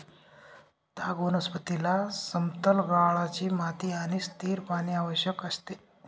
ताग वनस्पतीला समतल गाळाची माती आणि स्थिर पाणी आवश्यक असते